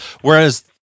Whereas